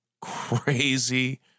crazy